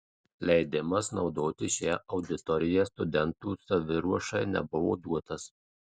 leidimas naudotis šia auditorija studentų saviruošai nebuvo duotas